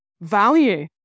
value